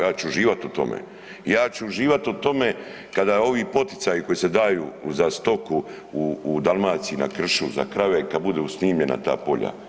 Ja ću uživat u tome, ja ću uživat u tome kada ovi poticaji koji se daju za stoku u Dalmaciji na kršu za krave kad budu snimljena ta polja.